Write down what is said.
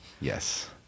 yes